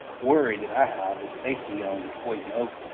worry that i have is safety on poison oak,